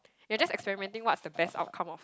you're just experimenting what's the best outcome of